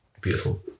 beautiful